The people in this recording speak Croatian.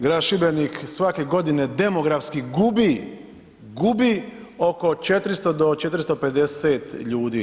Grad Šibenik svake godine demografski gubi oko 400 do 450 ljudi.